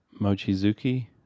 Mochizuki